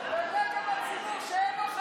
דבר גם לציבור שאין לו,